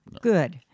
Good